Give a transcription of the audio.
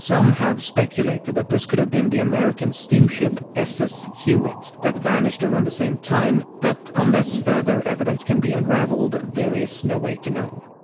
have speculated that this could've been the american steamship ss hewitt that vanished around the same time but unless further evidence can be unraveled there is no way to know.